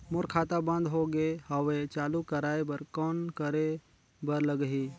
मोर खाता बंद हो गे हवय चालू कराय बर कौन करे बर लगही?